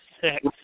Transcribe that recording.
six